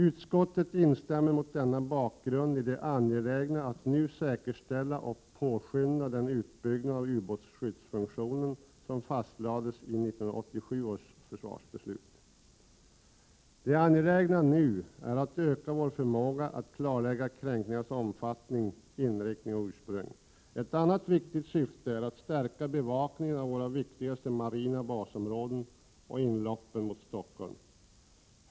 Utskottet instämmer mot denna bakgrund i det angelägna att nu säkerställa och påskynda den utbyggnad av ubåtsskyddsfunktionen som fastlades i 1987 års försvarsbeslut. Det angelägna nu är att öka vår förmåga att klarlägga kränkningarnas omfattning, inriktning och ursprung. Ett annat viktigt syfte är att stärka bevakningen av våra viktigaste marina basområden och inloppen mot Stockholm.